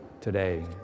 today